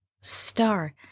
star